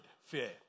fear